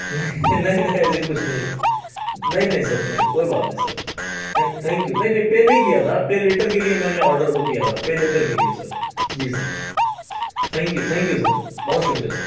نہیں نہیں نہیں ایسی کچھ نہیں نہیں نہیں سر نہیں کوئی بات نہیں سر تھینک تھینک یو نہیں نہیں نہیں پے نہیں کیا تھا پے لیٹر کے لیے میں نے آرڈر وہ کیا تھا پے لیٹر کے لیے sir ji sir thank you thank you sir بہت شکریہ سر